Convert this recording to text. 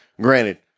granted